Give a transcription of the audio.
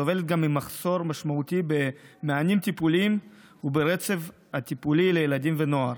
סובלת גם ממחסור משמעותי במענים טיפוליים וברצף הטיפולי לילדים ונוער.